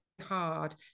hard